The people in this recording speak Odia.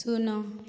ଶୂନ